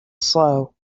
slow